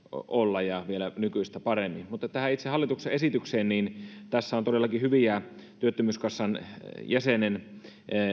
olla ja vielä nykyistä paremmin mutta tähän itse hallituksen esitykseen tässä on todellakin hyviä työttömyyskassan jäsenen